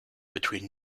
between